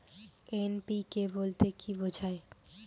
NPK বলতে কী বোঝায়?